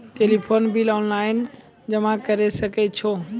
Telephone bill online जमा करै सकै छौ?